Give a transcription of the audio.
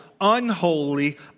unholy